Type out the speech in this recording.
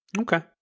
okay